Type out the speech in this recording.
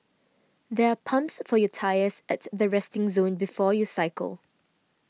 there are pumps for your tyres at the resting zone before you cycle